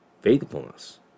Faithfulness